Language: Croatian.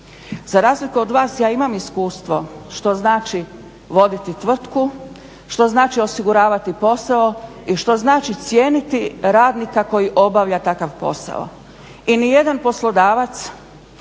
Za razliku od vas ja imam iskustvo što znači voditi tvrtku, što znači osiguravati posao i što znači cijeniti radnika koji obavlja takav posao i nijedan poslodavac